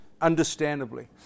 understandably